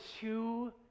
two